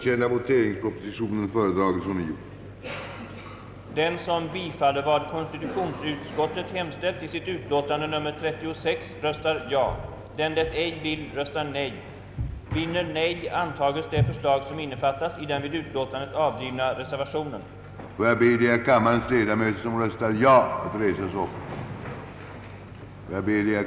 Kungl. Maj:t hade föreslagit, att kommuner och landstingskommuner genom en särskild lag skulle tilläggas befogenhet att lämna ekonomiskt bidrag till politiskt parti, som, under den tid beslut om bidrag avsåge, vore representerat i kommunens fullmäktige respektive landstinget.